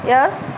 Yes